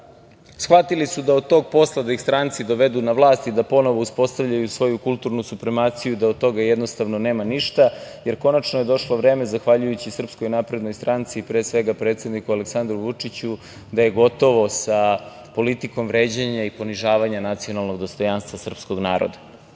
shvatili su da od tog posla da ih stranci dovedu na vlast i da ponovo uspostavljaju svoju kulturnu supremaciju, da od toga jednostavno nema ništa. Konačno je došlo vreme, zahvaljujući SNS, pre svega predsedniku Aleksandru Vučiću da je gotovo sa politikom vređanja i ponižavanja nacionalnog dostojanstva srpskog naroda. Moraju